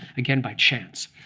again, by chance.